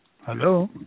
Hello